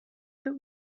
that